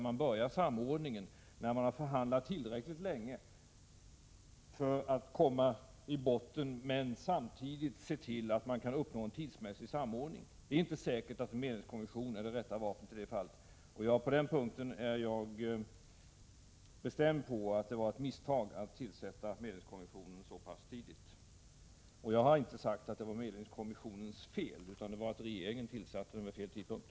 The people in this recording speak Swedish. Man börjar samordningen när förhandlingarna har pågått tillräckligt länge och nått botten. Samtidigt kan man se till att uppnå en tidsmässig samordning. Det är inte säkert att en medlingskommission är det rätta vapnet i det fallet. På den punkten är det min bestämda uppfattning att det var ett misstag att tillsätta medlingskommissionen så pass tidigt. Jag har inte sagt att det var medlingskommissionens fel, utan felet var att regeringen tillsatte den vid fel tidpunkt.